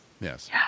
Yes